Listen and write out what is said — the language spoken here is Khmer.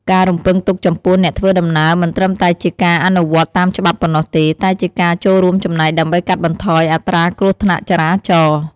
ការរំពឹងទុកចំពោះអ្នកធ្វើដំណើរមិនត្រឹមតែជាការអនុវត្តតាមច្បាប់ប៉ុណ្ណោះទេ តែជាការចូលរួមចំណែកដើម្បីកាត់បន្ថយអត្រាគ្រោះថ្នាក់ចរាចរណ៍។